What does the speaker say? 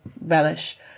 relish